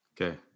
Okay